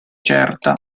certa